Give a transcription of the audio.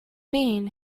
mean